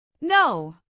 No